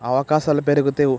అవకాశాలు పెరిగితే